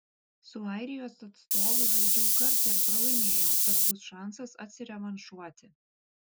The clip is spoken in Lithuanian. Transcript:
su airijos atstovu žaidžiau kartą ir pralaimėjau tad bus šansas atsirevanšuoti